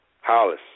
Hollis